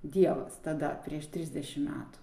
dievas tada prieš trisdešimt metų